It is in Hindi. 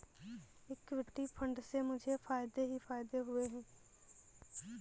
इक्विटी फंड से मुझे फ़ायदे ही फ़ायदे हुए हैं